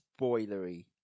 spoilery